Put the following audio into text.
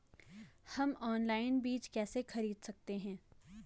हम ऑनलाइन बीज कैसे खरीद सकते हैं?